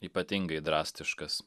ypatingai drastiškas